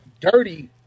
dirty